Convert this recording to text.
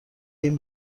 این